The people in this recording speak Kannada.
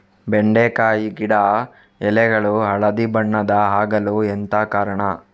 ಬೆಂಡೆಕಾಯಿ ಗಿಡ ಎಲೆಗಳು ಹಳದಿ ಬಣ್ಣದ ಆಗಲು ಎಂತ ಕಾರಣ?